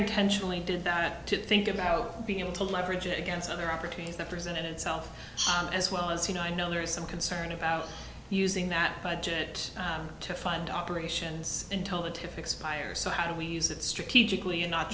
intentionally did that to think about being able to leverage against other opportunities that presented itself as well as you know i know there is some concern about using that budget to fund operations until the tip expires so how do we use it strategically and not